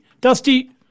Dusty